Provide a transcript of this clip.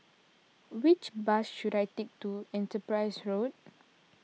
which bus should I take to Enterprise Road